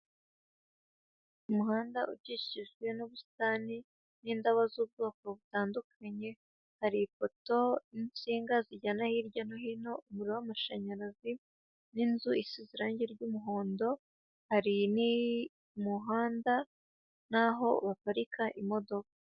Umuhanda ukikijwe n'ubusitani n'indabo z'ubwoko butandukanye, hari ifoto n'insinga zijyana hirya no hino umuriro w'amashanyarazi n'inzu isize irangi ry'umuhondo, hari n'umuhanda n'aho baparika imodoka.